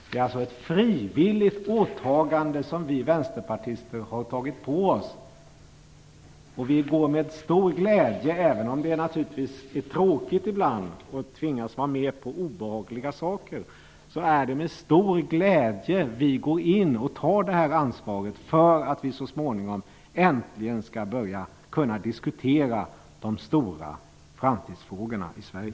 Det är alltså ett frivilligt åtagande som vi vänsterpartister har tagit på oss, och även om det naturligtvis ibland är tråkigt att tvingas vara med på obehagliga saker, är det med stor glädje vi går in och tar det här ansvaret för att vi så småningom äntligen skall kunna börja diskutera de stora framtidsfrågorna i Sverige.